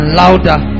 louder